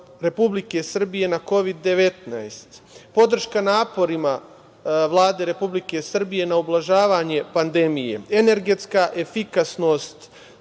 Republike Srbije na Kovid-19“. Podrška naporima Vlade Republike Srbije na ublažavanju pandemije, energetska efikasnost,